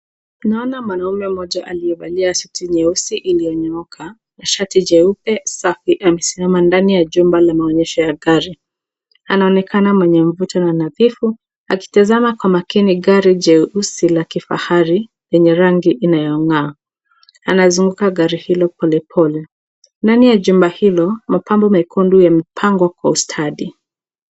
Naona mwanaume mmoja aliyevalia suti nyeusi iliyonyooka, shati jeupe safi, amesiamama ndani jumba la maonyeshoya magari. Anaonekama mwenye mvute na nadhifu akitazama kwa makini gari jeusi la kifahari lenye rangi inayong'aa, anazunguka gari hilo polepole. Ndani ya jumba hilo mapambo mekundu yamepangwa kwa ustadi.